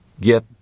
get